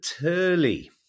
Turley